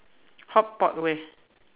hot pot where